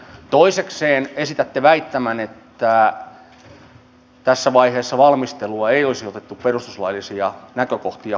toisekseen esitätte väittämän että tässä vaiheessa valmistelua ei olisi otettu perustuslaillisia näkökohtia huomioon